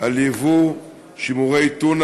על יבוא שימורי טונה,